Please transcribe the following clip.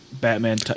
Batman